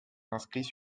inscrits